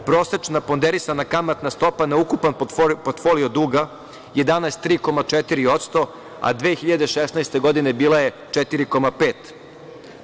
Prosečna ponderisana kamatna stopa na ukupan portfolio duga je danas 3,4% a 2016. godine bila je 4,5%